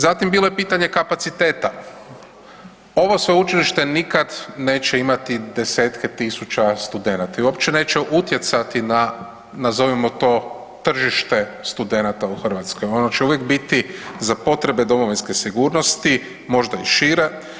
Zatim bilo je pitanje kapaciteta, ovo sveučilište nikad neće imati desetke tisuća studenata i uopće neće utjecati na nazovimo to tržište studenata u Hrvatskoj, ono će uvijek biti za potrebe domovinske sigurnosti, možda i šire.